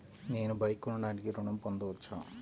నేను బైక్ కొనటానికి ఋణం పొందవచ్చా?